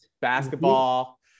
basketball